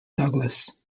douglas